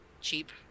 cheap